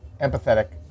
empathetic